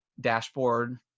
dashboard